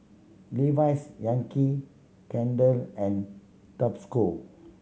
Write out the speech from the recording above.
Levi's Yankee Candle and Tabasco